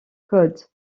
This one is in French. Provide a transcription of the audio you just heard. code